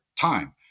time